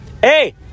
Hey